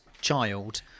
child